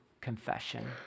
confession